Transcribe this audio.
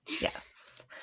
Yes